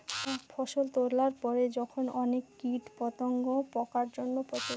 ফসল তোলার পরে যখন অনেক কীট পতঙ্গ, পোকার জন্য পচে যায়